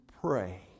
pray